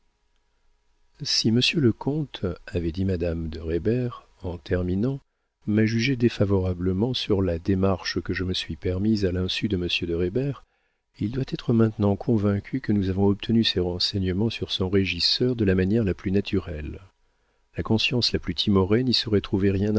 si monsieur le comte avait dit madame de reybert en terminant m'a jugée défavorablement sur la démarche que je me suis permise à l'insu de monsieur de reybert il doit être maintenant convaincu que nous avons obtenu ces renseignements sur son régisseur de la manière la plus naturelle la conscience la plus timorée n'y saurait